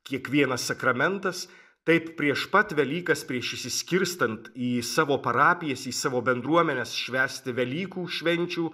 kiekvienas sakramentas taip prieš pat velykas prieš išsiskirstant į savo parapijas į savo bendruomenes švęsti velykų švenčių